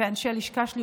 ואנשי הלשכה שלי,